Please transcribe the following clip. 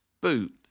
boot